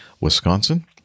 Wisconsin